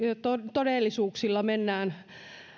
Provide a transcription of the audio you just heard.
todellisuuksilla mennään